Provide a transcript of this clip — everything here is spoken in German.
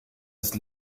ist